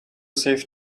save